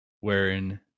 wherein